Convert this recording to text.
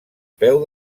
peu